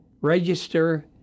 register